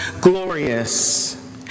glorious